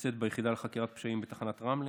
נמצא ביחידה לחקירת פשעים בתחנת רמלה.